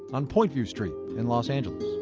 on point view street in los angeles